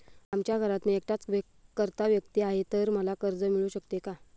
आमच्या घरात मी एकटाच कर्ता व्यक्ती आहे, तर मला कर्ज मिळू शकते का?